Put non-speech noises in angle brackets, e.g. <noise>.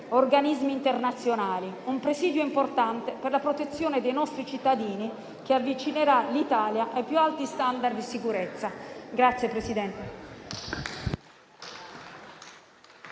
organismi internazionali, un presidio importante per la protezione dei nostri cittadini che avvicinerà l'Italia ai più alti *standard* di sicurezza. <applause>